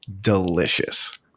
delicious